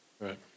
Right